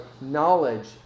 knowledge